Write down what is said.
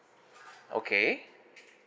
okay